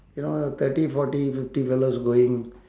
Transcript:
you know thirty forty fifty fellows going